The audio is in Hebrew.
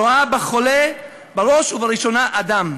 הרואה בחולה בראש ובראשונה אדם.